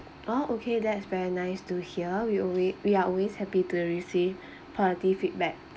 ah okay that is very nice to hear we away we are always happy to receive positive feedback